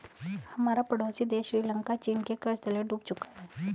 हमारा पड़ोसी देश श्रीलंका चीन के कर्ज तले डूब चुका है